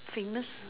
famous